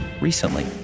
recently